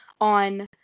on